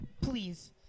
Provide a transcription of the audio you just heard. Please